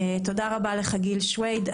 תודה רבה לך, גיל שויד.